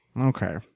okay